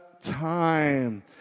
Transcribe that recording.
time